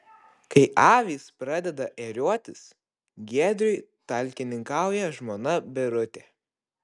kai avys pradeda ėriuotis giedriui talkininkauja žmona birutė